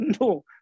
No